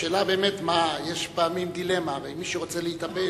השאלה באמת, פעמים יש דילמה, ומי שרוצה להתאבד,